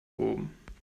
oben